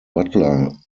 butler